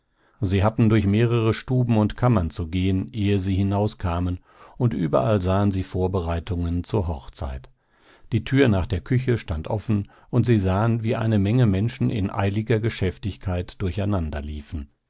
sie hatten durch mehrere stuben und kammern zu gehen ehe sie hinauskamen und überall sahen sie vorbereitungen zur hochzeit die tür nach der küche stand offen und sie sahen wie eine menge menschen in eiliger geschäftigkeit